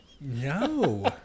No